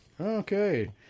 Okay